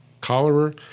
cholera